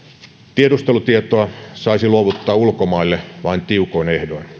tiedustelutietoa saisi luovuttaa ulkomaille vain tiukoin ehdoin